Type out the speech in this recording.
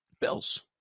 Bills